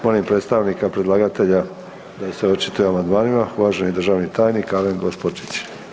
Molim predstavnika predlagatelja da se očituje o amandmanima, uvaženi državni tajnik, Alen Gospočić.